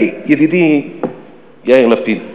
ידידי יאיר לפיד,